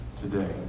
today